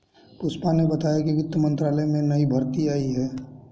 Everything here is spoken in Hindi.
पुष्पा ने बताया कि वित्त मंत्रालय में नई भर्ती आई है